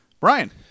Brian